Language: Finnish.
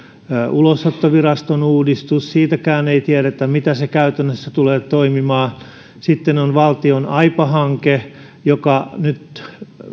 ulosottoviraston uudistus siitäkään ei tiedetä miten se käytännössä tulee toimimaan sitten on valtion aipa hanke tämä tietokone ja ohjelmistouudistus joka nyt